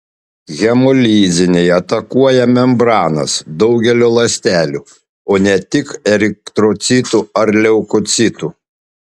hemolizinai atakuoja membranas daugelio ląstelių o ne tik eritrocitų ar leukocitų